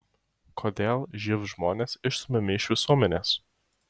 kodėl živ žmonės išstumiami iš visuomenės